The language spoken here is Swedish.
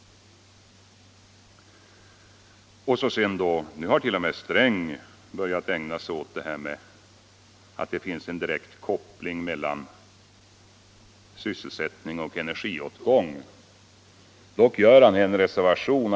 Nu hart.o.m. herr Sträng börjat tala om att det finns en direkt koppling mellan sysselsättning och energiåtgång. Dock gör han en reservation.